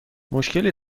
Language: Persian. مشکلی